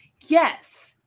Yes